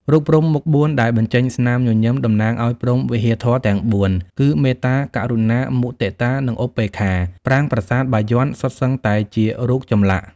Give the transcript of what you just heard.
រូបព្រហ្មមុខបួនដែល បញ្ចេញ ស្នាមញញឹម តំណាងអោយព្រហ្មវិហារធម៌ទាំងបួន គឺមេត្តា ករុណា មុទិតា និងឧបេក្ខា ប្រាង្គប្រាសាទ បាយ័នសុទ្ធសឹងតែជារូបចម្លាក់។